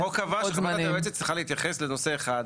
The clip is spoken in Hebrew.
החוק כן קבע שחוות דעת היועצת צריכה להתייחס לנושא אחד.